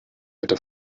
bitte